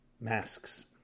masks